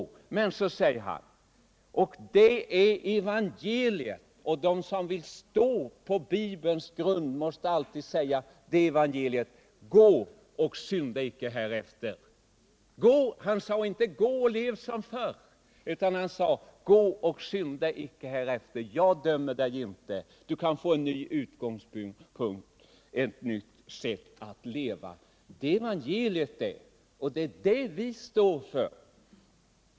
Jesus säger, och det är evangeliet: ”Gå, och synda icke härefter.” Han sade inte: Gå och lev som förr! Han sade i stället: ”Gå, och synda icke härefter.” Hans mening var: Jag dömer dig icke, du kan få en ny start och börja ett nytt sätt att leva. Det är evangeliet, och det är det vi står för.